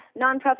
nonprofit